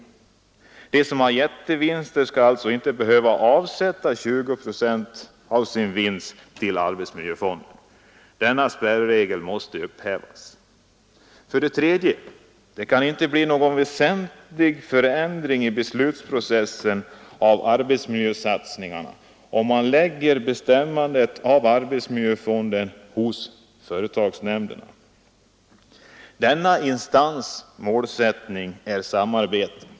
De företag som har jättevinster skall alltså inte behöva avsätta 20 procent av sin vinst till arbetsmiljöfonden. Denna spärregel måste upphävas. För det tredje kan det inte bli någon väsentlig förändring i beslutsprocessen när det gäller arbetsmiljösatsningarna om man lägger bestämmanderätten över arbetsmiljöfonden hos företagsnämnden. Målsättningen för denna instans är samarbete.